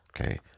Okay